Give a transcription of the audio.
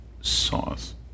sauce